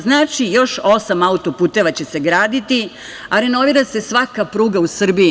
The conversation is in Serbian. Znači, još osam autoputeva će se graditi, a renovira se svaka pruga u Srbiji.